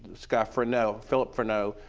scott freneau, philip freneau,